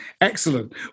excellent